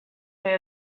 say